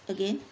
again